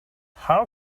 how